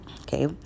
Okay